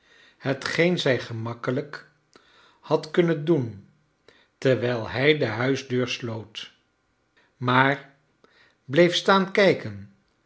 hetgeen zij gemakkelijk had kunnen doen terwijl hij de huisdeur sloot maar bleef staan kijken